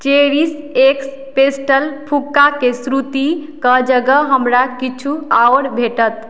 cherish एक्स पेस्टल फुक्काके श्रुतिके जगह हमरा किछु आओर भेटल